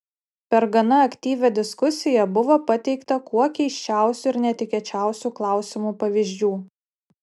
per gana aktyvią diskusiją buvo pateikta kuo keisčiausių ir netikėčiausių klausimų pavyzdžių